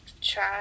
try